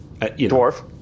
dwarf